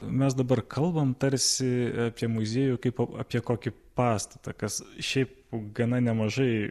mes dabar kalbam tarsi apie muziejų kaip apie kokį pastatą kas šiaip gana nemažai